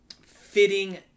fitting